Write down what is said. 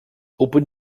open